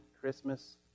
Christmas